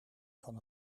van